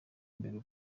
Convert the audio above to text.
imbere